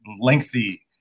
lengthy